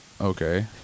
Okay